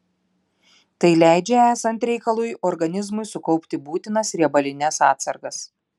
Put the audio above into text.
tai leidžia esant reikalui organizmui sukaupti būtinas riebalines atsargas